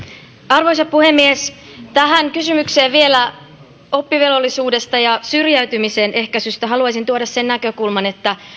arvoisa puhemies vielä tähän kysymykseen oppivelvollisuudesta ja syrjäytymisen ehkäisystä haluaisin tuoda sen näkökulman että